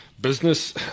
business